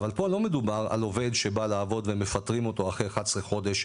אבל פה לא מדובר על עובד שבא לעבוד ומפטרים אותו אחרי 11 חודש,